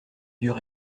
vieux